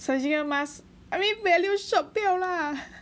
surgical masks I mean value shop 不要 lah